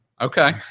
okay